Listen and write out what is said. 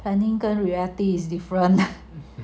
planning 更 reality is different